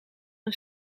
een